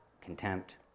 contempt